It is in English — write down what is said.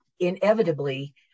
Inevitably